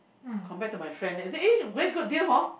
compare to my friend eh then I say very good deal hor